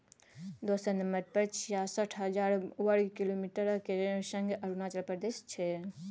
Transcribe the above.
दोसर नंबर पर छियासठ हजार बर्ग किलोमीटरक संग अरुणाचल प्रदेश छै